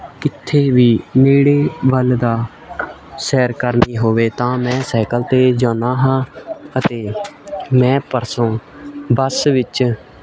ਕਿੱਥੇ ਵੀ ਨੇੜੇ ਵੱਲ ਦਾ ਸੈਰ ਕਰਨੀ ਹੋਵੇ ਤਾਂ ਮੈਂ ਸਾਈਕਲ 'ਤੇ ਜਾਂਦਾ ਹਾਂ ਅਤੇ ਮੈਂ ਪਰਸੋਂ ਬੱਸ ਵਿੱਚ